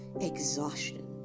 exhaustion